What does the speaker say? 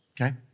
okay